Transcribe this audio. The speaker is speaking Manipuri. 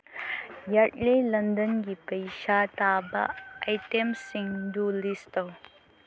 ꯌꯥꯔꯠꯂꯦ ꯂꯟꯗꯟꯒꯤ ꯄꯩꯁꯥ ꯇꯥꯕ ꯑꯥꯏꯇꯦꯝꯁꯤꯡꯗꯨ ꯂꯤꯁ ꯇꯧ